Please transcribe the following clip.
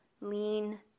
lean